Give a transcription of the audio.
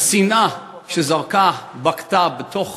השנאה שזרקה בקת"ב לתוך